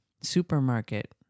Supermarket